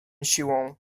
siłą